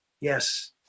Yes